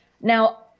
now